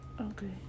Okay